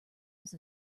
was